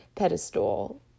pedestal